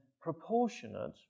proportionate